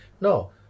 No